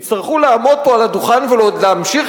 יצטרכו לעמוד פה על הדוכן ועוד להמשיך